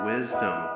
wisdom